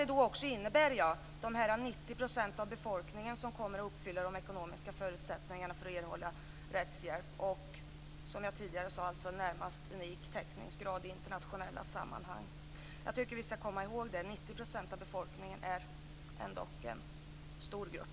Det här innebär också att 90 % av befolkningen kommer att uppfylla de ekonomiska förutsättningarna för att erhålla rättshjälp, och som jag tidigare sade är det en närmast unik täckningsgrad i internationella sammanhang. Jag tycker att vi skall komma ihåg det. 90 % av befolkningen är ändock en stor grupp.